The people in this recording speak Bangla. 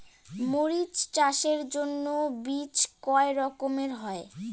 মরিচ চাষের জন্য বীজ কয় রকমের হয়?